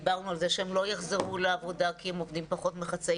דיברנו על כך שהם לא יחזרו לעבודה כי הם עובדים פחות מחצאי